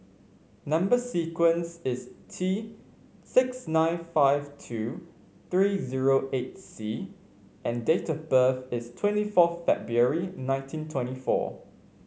number sequence is T six nine five two three zero eight C and date of birth is twenty fourth February nineteen twenty four